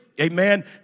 Amen